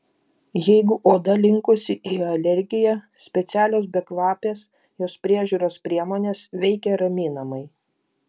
jeigu oda linkusi į alergiją specialios bekvapės jos priežiūros priemonės veikia raminamai